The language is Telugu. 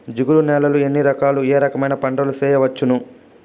జిగురు నేలలు ఎన్ని రకాలు ఏ రకమైన పంటలు వేయవచ్చును?